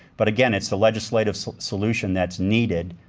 but again, it's the legislative solution that's needed,